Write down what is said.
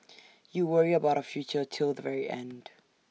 you worry about our future till the very end